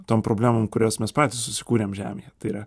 tom problemom kurias mes patys susikūrėm žemėje tai yra